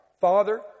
Father